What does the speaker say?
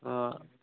ہاں